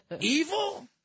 evil